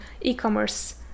e-commerce